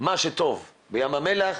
מה שטוב בים המלח,